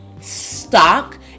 stock